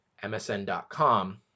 MSN.com